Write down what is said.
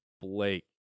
Blake